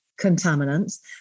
contaminants